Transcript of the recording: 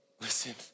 listen